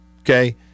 Okay